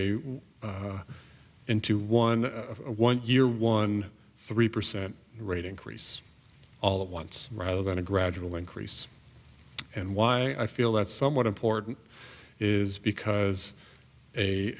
a into one of a one year thirteen percent rate increase all at once rather than a gradual increase and why i feel that's somewhat important is because a